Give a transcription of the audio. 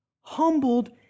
humbled